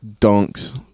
dunks